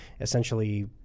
essentially